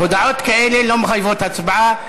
הודעות כאלה לא מחייבות הצבעה.